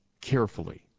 carefully